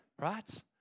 right